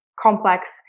complex